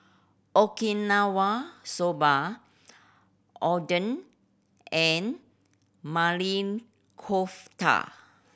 Okinawa Soba Oden and Maili Kofta